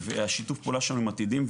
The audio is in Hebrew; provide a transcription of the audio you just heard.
שיתוף פעולה עם עתידים.